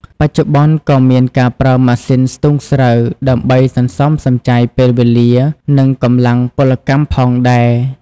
បច្ចុប្បន្ន ក៏មានការប្រើប្រាស់ម៉ាស៊ីនស្ទូងស្រូវ ដើម្បីសន្សំសំចៃពេលវេលា និងកម្លាំងពលកម្មផងដែរ។